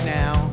now